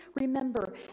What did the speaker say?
remember